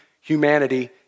humanity